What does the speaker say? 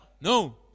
No